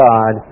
God